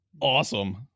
awesome